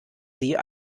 sie